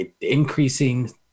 increasing